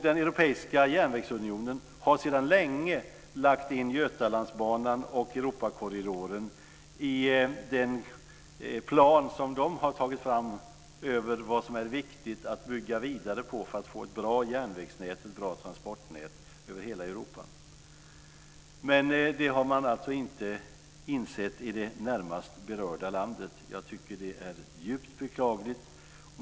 Den europeiska järnvägsunionen har sedan länge lagt in Götalandsbanan och Europakorridoren i den plan som de har tagit fram över vad som är viktigt för att bygga vidare på för att få ett bra järnvägsnät och ett bra transportnät över hela Europa. Men det har man alltså inte insett i det närmast berörda landet. Jag tycker att det är djupt beklagligt.